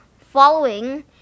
following